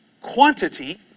quantity